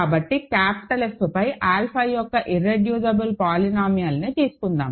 కాబట్టి capital F పై alpha యొక్క ఇర్రెడ్యూసిబుల్ పోలినామియల్ ని తీసుకుందాం